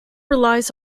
relies